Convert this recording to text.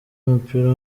w’umupira